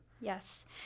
Yes